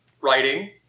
writing